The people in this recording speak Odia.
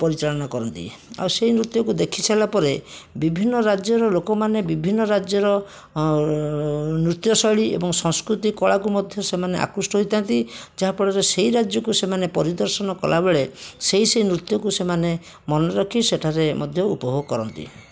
ପରିଚାଳନା କରନ୍ତି ଆଉ ସେହି ନୃତ୍ୟକୁ ଦେଖିସାରିଲାପରେ ବିଭିନ୍ନ ରାଜ୍ୟର ଲୋକମାନେ ବିଭିନ୍ନ ରାଜ୍ୟର ନୃତ୍ୟଶୈଳୀ ଏବଂ ସଂସ୍କୃତି କଳାକୁ ମଧ୍ୟ ସେମାନେ ଆକୃଷ୍ଟ ହୋଇଥାଆନ୍ତି ଯାହାଫଳରେ ସେହି ରାଜ୍ୟକୁ ସେମାନେ ପରିଦର୍ଶନ କଲାବେଳେ ସେହି ସେହି ନୃତ୍ୟକୁ ସେମାନେ ମନେରଖି ସେଠାରେ ମଧ୍ୟ ଉପଭୋଗ କରନ୍ତି